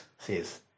says